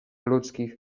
ludzkich